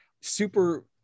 super